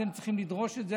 אתם צריכים לדרוש את זה,